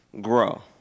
grow